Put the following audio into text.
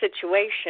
situation